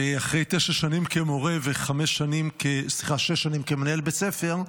ואחרי תשע שנים כמורה ושש שנים כמנהל בית ספר,